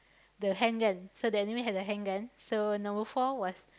the handgun so the enemy has a handgun so number four was